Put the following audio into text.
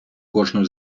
кожну